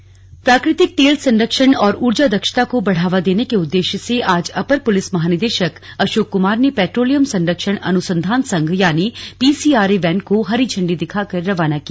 रवाना प्राकृतिक तेल संरक्षण और ऊर्जा दक्षता को बढ़ावा देने के उददेश्य से आज अपर पुलिस महानिदेशक अर्शोक कुमार ने पैट्रोलियम संरक्षण अनुसंधान संघ यानी पीसीआरए वैन को हरी झण्डी दिखाकर रवाना किया